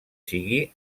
sigui